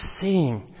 seeing